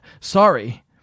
sorry